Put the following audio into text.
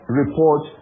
report